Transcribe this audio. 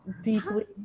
deeply